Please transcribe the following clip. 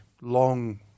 long